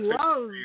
love